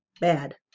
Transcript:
bad